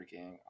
freaking